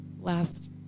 last